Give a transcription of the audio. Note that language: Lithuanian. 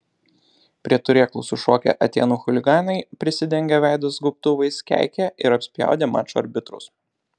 prie turėklų sušokę atėnų chuliganai prisidengę veidus gaubtuvais keikė ir apspjaudė mačo arbitrus